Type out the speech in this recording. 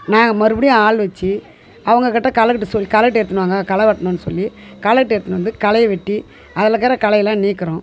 நாங்கள் மறுபடியும் ஆள் வச்சு அவங்க கிட்டே களைகட்டு சொல்லி களைகட்டு எடுத்துன்னு வாங்க களை வெட்டணுன்னு சொல்லி களைகட்டு எடுத்துன்னு வந்து களையை வெட்டி அதில் இருக்குற களையெல்லாம் நீக்கிறோம்